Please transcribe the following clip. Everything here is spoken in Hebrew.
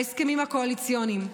ההסכמים הקואליציוניים.